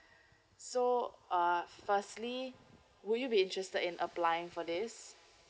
so uh firstly would you be interested in applying for this